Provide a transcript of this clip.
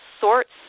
sorts